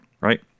right